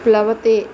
प्लवते